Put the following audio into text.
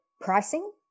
Pricing